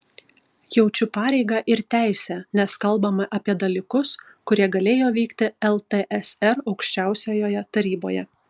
jaučiu pareigą ir teisę nes kalbama apie dalykus kurie galėjo vykti ltsr aukščiausiojoje taryboje